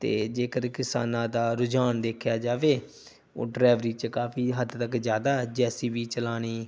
ਅਤੇ ਜੇਕਰ ਕਿਸਾਨਾਂ ਦਾ ਰੁਝਾਨ ਦੇਖਿਆ ਜਾਵੇ ਉਹ ਡਰਾਈਵਰੀ 'ਚ ਕਾਫੀ ਹੱਦ ਤੱਕ ਜ਼ਿਆਦਾ ਜੈ ਸੀ ਬੀ ਚਲਾਉਣੀ